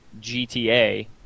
GTA